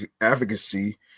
advocacy